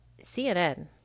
CNN